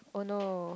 oh no